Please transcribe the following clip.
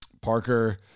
Parker